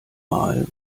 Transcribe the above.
mal